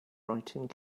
writing